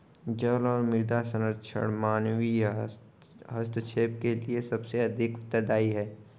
जल और मृदा संरक्षण मानवीय हस्तक्षेप के लिए सबसे अधिक उत्तरदायी हैं